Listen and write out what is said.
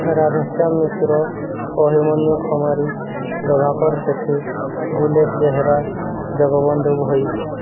Radheshyam Mishra Abhimanyu Khamari Prabhakar Sethi Gulekh Behera Jagabandhu Bhoi